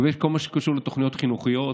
לגבי כל מה שקשור לתוכניות חינוכיות,